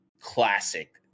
classic